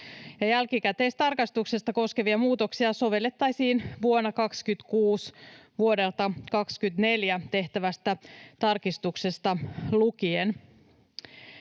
Jälkikäteistarkastusta koskevia muutoksia sovellettaisiin vuonna 26 vuodelta 24 tehtävästä tarkistuksesta lukien.